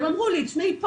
הם אמרו לי תשמעי,